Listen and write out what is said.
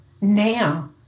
Now